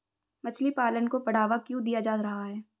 मछली पालन को बढ़ावा क्यों दिया जा रहा है?